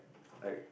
like